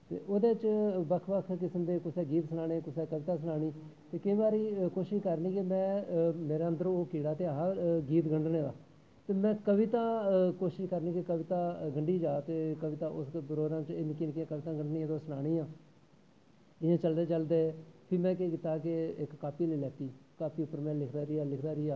ते उस च बक्ख बक्ख किस्म दे कुसै गीत सनाना कुसै कवतां सनानियां ते केईं बारी केह् करना कि मेरे अन्दर ओह् कीड़ा ते ऐहा हा गीत गंढनें दा में कोशिश करनी कि कविता गंढी जा ते उस दोरान निक्की निक्की कवितां गंढनियां ते सनानियां इयां चलदें चलदें में केह् कीता ते इक कापी लेई लैत्ती कापी उप्पर में लिखदा रेहा लिखदा रेहा